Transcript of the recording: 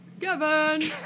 Kevin